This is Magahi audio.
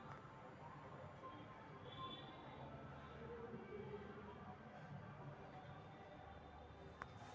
कॉफ़ी में खेती छहिरा स्थान पर होइ छइ